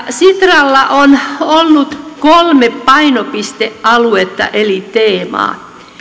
sitralla on ollut kolme painopistealuetta eli teemaa